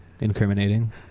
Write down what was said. incriminating